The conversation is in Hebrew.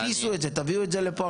תדפיסו את זה ותביאו את זה עכשיו.